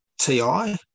TI